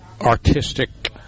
artistic